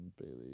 Bailey